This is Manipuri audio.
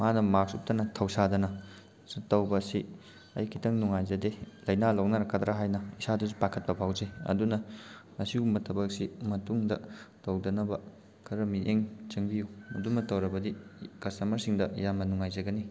ꯃꯥꯅ ꯃꯥꯛꯁ ꯎꯞꯇꯅ ꯊꯧꯁꯥꯗꯅ ꯇꯧꯕ ꯑꯁꯤ ꯑꯩ ꯈꯤꯇꯪ ꯅꯨꯡꯉꯥꯏꯖꯗꯦ ꯂꯥꯏꯅꯥ ꯂꯧꯅꯔꯛꯀꯗ꯭ꯔꯥ ꯍꯥꯏꯅ ꯏꯁꯥꯗꯁꯨ ꯄꯥꯈꯠꯄ ꯐꯥꯎꯖꯩ ꯑꯗꯨꯅ ꯃꯁꯤꯒꯨꯝꯕ ꯊꯕꯛ ꯑꯁꯤ ꯃꯇꯨꯡꯗ ꯇꯧꯗꯅꯕ ꯈꯔ ꯃꯤꯠꯌꯦꯡ ꯆꯪꯕꯤꯌꯨ ꯑꯗꯨꯝꯅ ꯇꯧꯔꯕꯗꯤ ꯀꯁꯇꯃꯔꯁꯤꯡꯗ ꯌꯥꯝꯅ ꯅꯨꯡꯉꯥꯏꯖꯒꯅꯤ